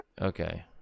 Okay